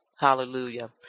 Hallelujah